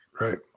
Right